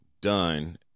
done